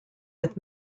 with